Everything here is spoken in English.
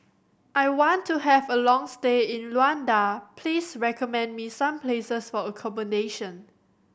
I want to have a long stay in Luanda please recommend me some places for accommodation